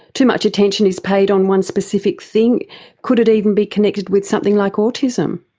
too much attention is paid on one specific thing could it even be connected with something like autism?